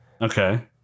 Okay